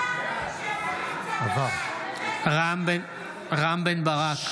נגד רם בן ברק,